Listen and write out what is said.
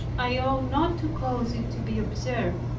i ought not to cause it to be observed,